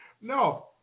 No